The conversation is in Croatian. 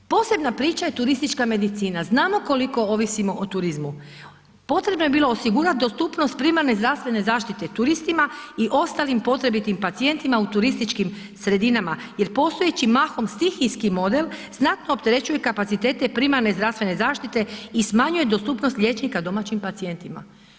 Posebna priča je turistička medicina, znamo koliko ovismo o turizmu, potrebno je bilo osigurat dostupnost primarne zdravstvene zaštite turistima i ostalim potrebitim pacijentima u turističkim sredinama jer postojeći mahom stihijski model znatno opterećuje kapacitete primarne zdravstvene zaštite i smanjuje dostupnost liječnika domaćim pacijentima.